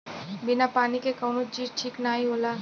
बिना पानी के कउनो चीज ठीक नाही होला